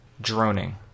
droning